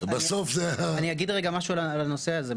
אני אגיד משהו על הנושא הזה,